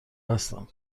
هستم